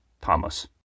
Thomas